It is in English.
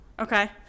Okay